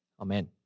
Amen